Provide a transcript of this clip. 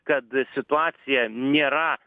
kad situacija nėra